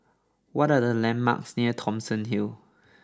what are the landmarks near Thomson Hill